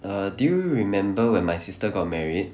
err do you remember when my sister got married